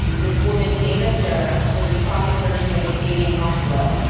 this woman dana dirr was a trauma surgeon at a canadian hospital.